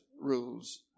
rules